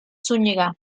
zúñiga